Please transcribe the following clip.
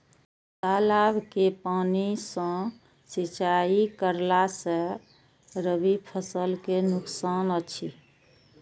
तालाब के पानी सँ सिंचाई करला स रबि फसल के नुकसान अछि?